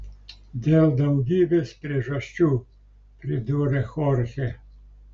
dėl daugybės priežasčių pridūrė chorchė